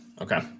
Okay